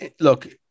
look